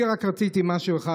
אני רק רציתי משהו אחד,